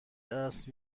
است